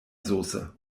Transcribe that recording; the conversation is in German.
soße